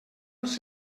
els